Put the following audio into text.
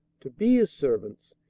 to be his servants,